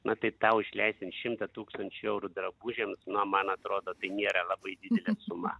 na tai tau išleist ten šimtą tūkstančių eurų drabužiams na man atrodo tai nėra labai didelė suma